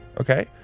Okay